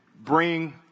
bring